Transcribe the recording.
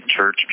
church